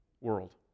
world